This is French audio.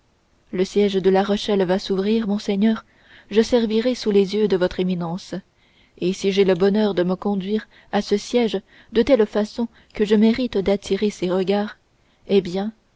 le siège de la rochelle va s'ouvrir monseigneur je servirai sous les yeux de votre éminence et si j'ai le bonheur de me conduire à ce siège de telle façon que je mérite d'attirer ses regards eh bien